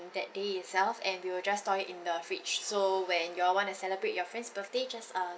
that day itself and we will just store it in the fridge so when you all want to celebrate your friend's birthday just um